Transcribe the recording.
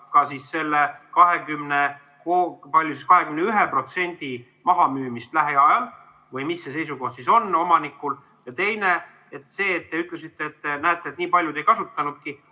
ka selle 21% mahamüümist lähiajal või mis see seisukoht siis on omanikul. Ja teiseks, te ütlesite, et näete, nii paljud ei kasutanudki,